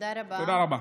תודה רבה.